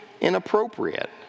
inappropriate